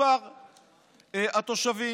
למספר התושבים.